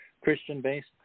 Christian-based